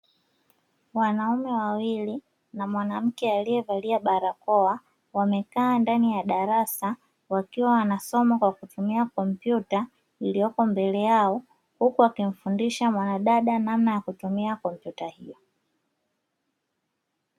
Wanaume wawili na mwanamke aliye valia barakoa wamekaa ndani ya darasa wakiwa wanasoma kwa kutumia kompyuta iliyopo mbele yao, huku wakimfundisha mwana dada namna ya kutumia kompyuta hiyo.